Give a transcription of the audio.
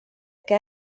que